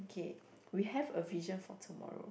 okay we have a vision for tomorrow